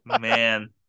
Man